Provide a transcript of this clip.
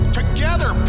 together